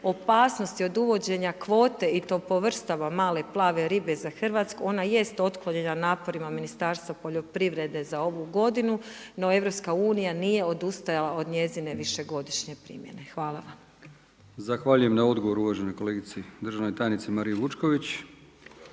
opasnosti od uvođenja kvote i to po vrstama male plave ribe za Hrvatsku, ona jest otklonjena naporima Ministarstva poljoprivrede za ovu godinu, no EU nije odustajala od njezine višegodišnje primjene. Hvala vam. **Brkić, Milijan (HDZ)** Zahvaljujem na odgovoru uvaženoj kolegici državnoj tajnici Mariji Vučković.